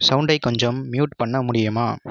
சவுண்டை கொஞ்சம் மியூட் பண்ண முடியுமா